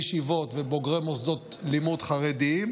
ישיבות ובוגרי מוסדות לימוד חרדיים,